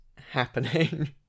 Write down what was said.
happening